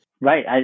Right